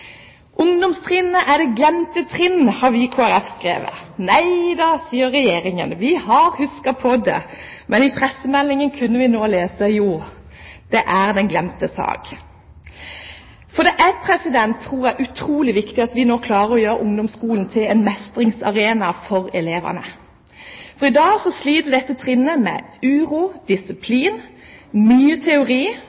Ungdomstrinnet er det glemte trinn, har vi i Kristelig Folkeparti skrevet. Neida, sier Regjeringen, vi har husket på det. Men i pressemeldingen kunne vi nå lese at jo, det er den glemte sak. For jeg tror det er utrolig viktig at vi nå klarer å gjøre ungdomsskolen til en mestringsarena for elevene. I dag sliter dette trinnet med uro,